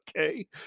Okay